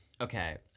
okay